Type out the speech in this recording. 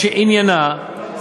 שעניינה,